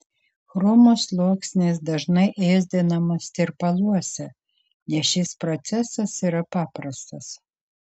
chromo sluoksnis dažnai ėsdinamas tirpaluose nes šis procesas yra paprastas